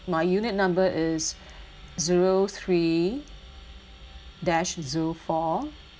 my unit number is zero three dash zero four